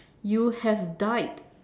you have died